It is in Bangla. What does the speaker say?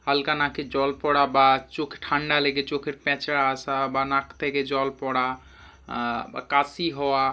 হালকা নাকে জল পড়া বা চোখ ঠান্ডা লেগে চোখের প্যাঁচড়া আসা বা নাক থেকে জল পড়া বা কাশি হওয়া